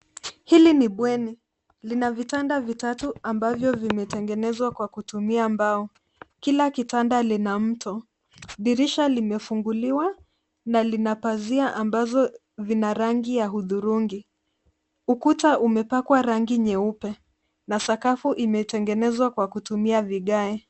Hili ni bweni. Lina vitanda vitatu ambavyo vimetengenezwa kwa kutumia mbao. Kila kitanda lina mto. Dirisha limefunguliwa na lina pazia ambazo vina rangi ya hudhurungi. Ukuta umepakwa rangi nyeupe na sakafu imetengenezwa kwa kutumia vigae.